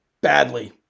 badly